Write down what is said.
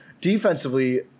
defensively